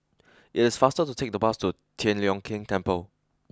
it is faster to take the bus to Tian Leong Keng Temple